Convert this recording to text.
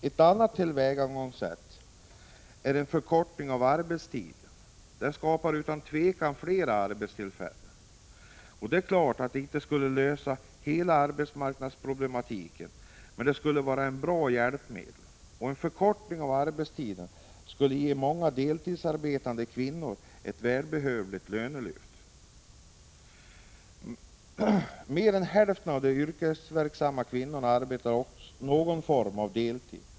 Ett annat tillvägagångssätt är en förkortning av arbetstiden. Det skapar utan tvivel fler arbetstillfällen. Det är klart att det inte skulle lösa hela arbetslöshetsproblematiken, men det skulle vara ett bra hjälpmedel. En 149 förkortning av arbetstiden skulle ge många deltidsarbetande kvinnor ett välbehövligt lönelyft. Mer än hälften av de yrkesverksamma kvinnorna arbetar redan nu någon form av deltid.